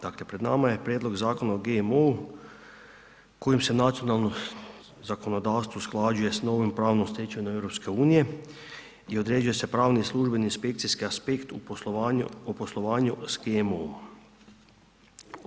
Dakle, pred nama je prijedlog zakona o GMO kojim se nacionalno zakonodavstvo usklađuje s novom pravnom stečevinom EU i određuje se pravni i službeni i inspekcijski aspekt o poslovanju s GMO.